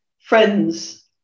friends